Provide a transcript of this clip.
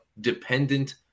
dependent